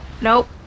Nope